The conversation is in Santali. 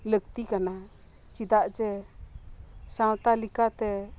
ᱟᱹᱰᱤ ᱞᱟᱹᱠᱛᱤ ᱠᱟᱱᱟ ᱪᱮᱫᱟᱜ ᱡᱮ ᱥᱟᱶᱛᱟ ᱞᱮᱠᱟᱛᱮ